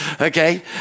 okay